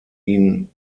ihn